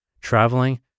traveling